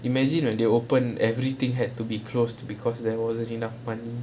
imagine when they open everything had to be closed because there wasn't enough money